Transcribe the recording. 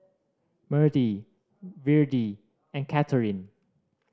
Mertie Virdie and Katherin